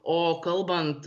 o kalbant